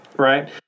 Right